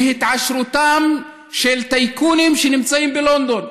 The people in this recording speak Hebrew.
מהתעשרותם של טייקונים שנמצאים בלונדון,